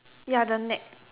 ya the net